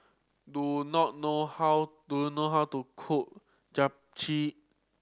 do not know how do you know how to cook Japchae